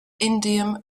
indium